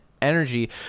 energy